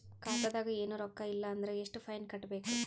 ಖಾತಾದಾಗ ಏನು ರೊಕ್ಕ ಇಲ್ಲ ಅಂದರ ಎಷ್ಟ ಫೈನ್ ಕಟ್ಟಬೇಕು?